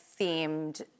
themed